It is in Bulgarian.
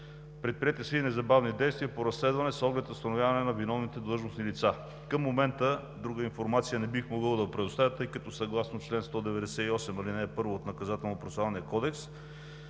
Предприети са и незабавни действия по разследване с оглед установяване на виновните длъжностни лица. Към момента друга информация не бих могъл да предоставя, тъй като съгласно 198, ал. 1 от Наказателно-процесуалния кодекс